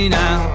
now